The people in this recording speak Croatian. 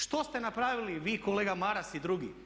Što ste napravili vi kolega Maras i drugi?